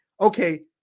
okay